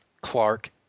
Clark